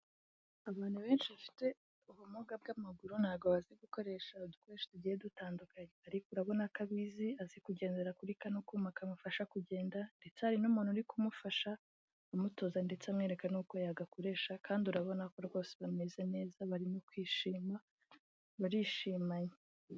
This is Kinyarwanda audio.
Abantu benshi bafite ubumuga bw'amaguru ntabwo bazi gukoresha udukoresho tugiye dutandukanye, ariko urabona ko abizi, azi kugendera kuri kano kuma kamufasha kugenda ndetse hari n'umuntu uri kumufasha amutoza ndetse amwereka n'uko yagakoresha kandi urabona ko rwose bameze neza barimo kwishima, barishimanye.